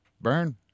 burn